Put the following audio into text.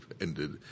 ended